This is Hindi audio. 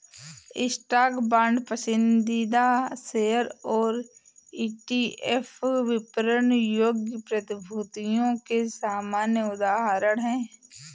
स्टॉक, बांड, पसंदीदा शेयर और ईटीएफ विपणन योग्य प्रतिभूतियों के सामान्य उदाहरण हैं